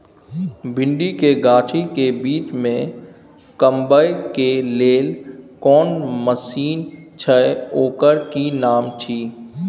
भिंडी के गाछी के बीच में कमबै के लेल कोन मसीन छै ओकर कि नाम छी?